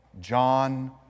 John